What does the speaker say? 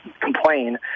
complain